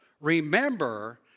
Remember